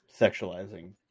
Sexualizing